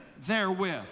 therewith